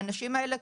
האנשים האלה,